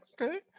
okay